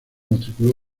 matriculó